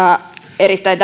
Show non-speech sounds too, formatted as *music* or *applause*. erittäin *unintelligible*